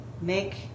make